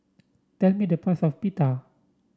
tell me the price of Pita